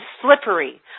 slippery